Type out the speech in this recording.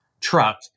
truck